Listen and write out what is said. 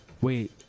Wait